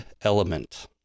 Element